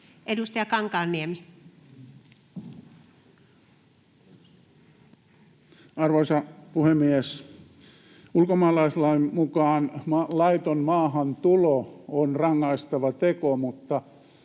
Edustaja Kankaanniemi. Arvoisa puhemies! Ulkomaalaislain mukaan laiton maahantulo on rangaistava teko mutta